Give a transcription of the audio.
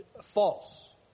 False